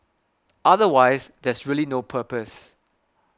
otherwise there's really no purpose